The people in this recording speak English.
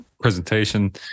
presentation